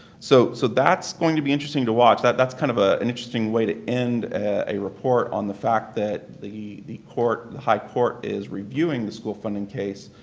so so that's going to be interesting to watch. that's kind of ah an interesting way to end a report on the fact that the the court, the high court, is reviewing the school funding case.